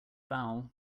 foul